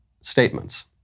statements